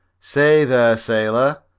say, there, sailor,